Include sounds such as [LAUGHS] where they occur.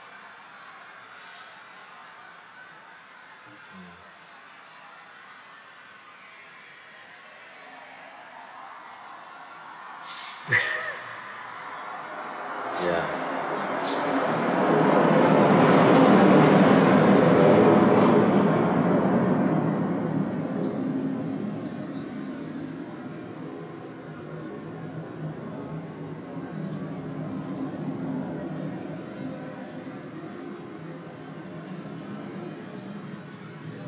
[LAUGHS] ya